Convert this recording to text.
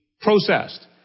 processed